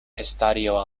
estadio